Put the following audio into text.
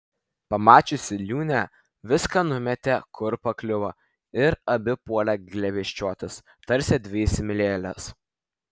pamačiusi liūnę viską numetė kur pakliuvo ir abi puolė glėbesčiuotis tarsi dvi įsimylėjėlės